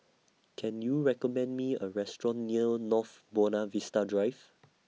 Can YOU recommend Me A Restaurant near North Buona Vista Drive